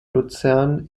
luzern